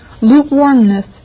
lukewarmness